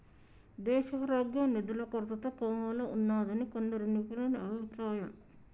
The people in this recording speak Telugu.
దేశారోగ్యం నిధుల కొరతతో కోమాలో ఉన్నాదని కొందరు నిపుణుల అభిప్రాయం